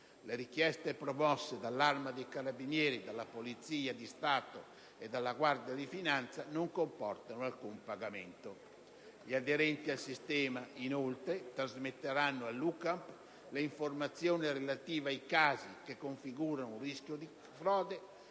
Le richieste promosse dall'Arma dei carabinieri, dalla Polizia di Stato e dalla Guardia di finanza non comportano alcun pagamento. Gli aderenti al sistema, inoltre, trasmetteranno all'UCAMP le informazioni relative ai casi che configurano un rischio di frode,